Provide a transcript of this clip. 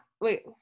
wait